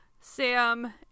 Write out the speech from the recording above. Sam